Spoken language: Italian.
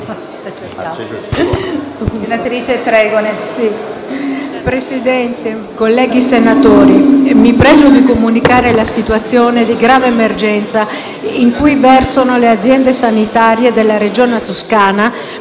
Presidente, colleghi senatori, mi pregio di comunicare la situazione di grave emergenza in cui versano le aziende sanitarie della Regione Toscana